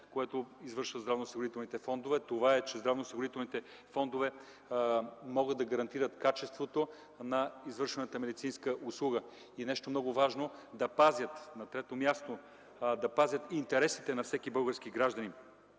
което извършват здравноосигурителните фондове, това е, че те могат да гарантират качеството на извършваната медицинска услуга. И нещо много важно е, на трето място, да пазят интересите на всеки български гражданин.